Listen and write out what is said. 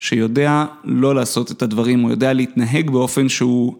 שיודע לא לעשות את הדברים, הוא יודע להתנהג באופן שהוא...